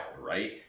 right